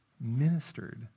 ministered